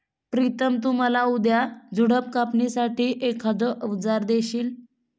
प्रितम तु मला उद्या झुडप कापणी साठी एखाद अवजार देशील?